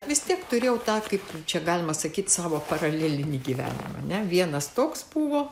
vis tiek turėjau tą kaip čia galima sakyti savo paralelinį gyvenimą ne vienas toks buvo